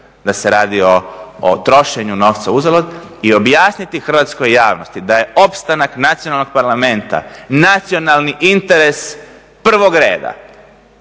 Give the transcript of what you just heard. da se radi o trošenju novca uzalud i objasniti hrvatskoj javnosti da je opstanak nacionalnog Parlamenta nacionalni interes prvog reda